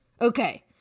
Okay